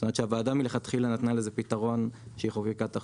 זאת אומרת שהוועדה מלכתחילה נתנה לזה פתרון כשהיא חוקקה את החוק.